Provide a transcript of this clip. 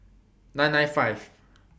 nine nine five